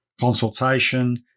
consultation